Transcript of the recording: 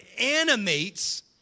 animates